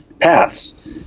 paths